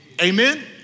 Amen